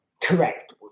Correct